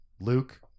Luke